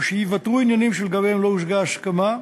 או שייוותרו עניינים שלגביהם לא הושגה הסכמה,